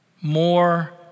more